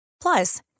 Plus